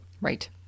Right